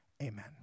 Amen